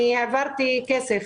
אני העברתי כסף.